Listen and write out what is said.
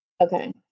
Okay